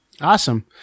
Awesome